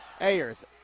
Ayers